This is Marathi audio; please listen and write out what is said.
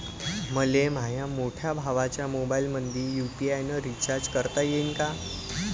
मले माह्या मोठ्या भावाच्या मोबाईलमंदी यू.पी.आय न रिचार्ज करता येईन का?